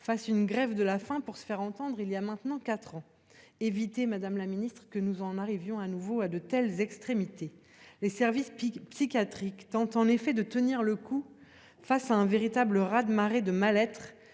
fassent une grève de la faim pour se faire entendre il y a maintenant quatre ans. Faites en sorte, madame la ministre, que nous n'en arrivions pas de nouveau à de telles extrémités ! Les services psychiatriques tentent en effet de tenir le coup face à un véritable raz-de-marée de mal-être,